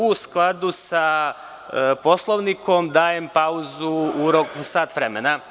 U skladu sa Poslovnikom, određujem pauzu u trajanju od sat vremena.